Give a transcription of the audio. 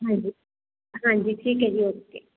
ਹਾਂਜੀ ਹਾਂਜੀ ਠੀਕ ਹੈ ਜੀ ਓਕੇ